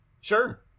Sure